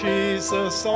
Jesus